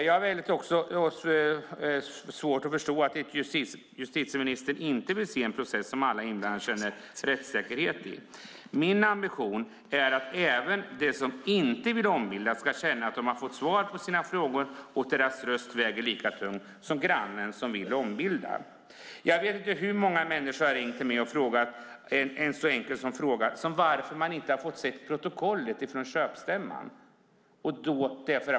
Jag har också svårt att förstå varför justitieministern inte vill se en process som alla inblandade känner rättssäkerhet i. Min ambition är att även de som inte vill ombilda ska känna att de har fått svar på sina frågor och att deras röst väger lika tungt som grannens, som vill ombilda. Jag vet inte hur många människor som har ringt till mig och ställt en så enkel fråga som varför man inte har fått se protokollet från köpstämman.